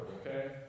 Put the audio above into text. okay